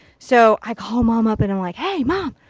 so i call mom up and i'm like hey mom, ah,